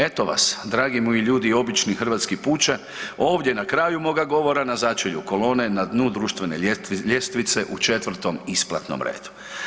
Eto vas dragi moji ljudi, obični hrvatski puče, ovdje na kraju moga govora, na začelju kolone, na dnu društvene ljestvice, u 4. isplatnom redu.